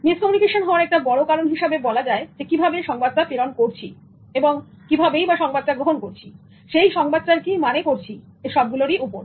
miscommunication হওয়ার একটা বড় কারণ হিসেবে বলা যায় কিভাবে সংবাদটা প্রেরণ করছিকিভাবেই বা গ্রহণ করছি এবং সেই সংবাদটার কি মানে করছি তার উপর